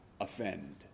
offend